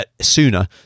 sooner